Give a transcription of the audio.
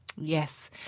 Yes